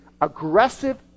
aggressive